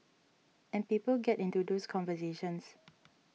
and people get into those conversations